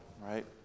right